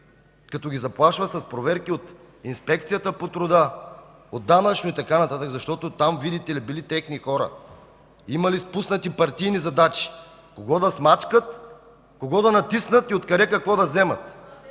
като ги заплашва с проверки от Инспекцията по труда, от данъчните и така нататък, защото там, видите ли, били техни хора! Имали спуснати партийни задачи кого да смачкат, кого да натиснат и откъде какво да вземат!